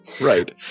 Right